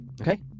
Okay